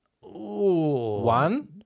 One